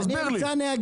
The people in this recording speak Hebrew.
תסביר לי.